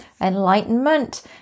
enlightenment